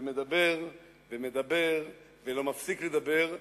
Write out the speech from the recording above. ומדבר, ומדבר, ולא מפסיק לדבר,